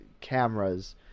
cameras